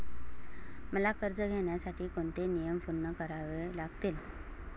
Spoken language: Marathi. मला कर्ज घेण्यासाठी कोणते नियम पूर्ण करावे लागतील?